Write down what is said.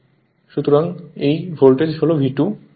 সুতরাং এই ভোল্টেজ হল V2